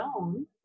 own